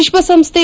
ವಿಶ್ವಸಂಸ್ಥೆ